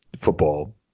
football